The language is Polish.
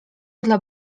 dla